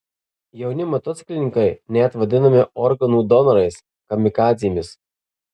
jauni motociklininkai net vadinami organų donorais kamikadzėmis